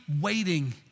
waiting